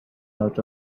out